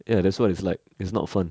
ya that's why is like it's not fun